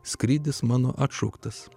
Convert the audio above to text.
skrydis mano atšauktas